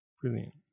Brilliant